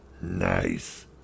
Nice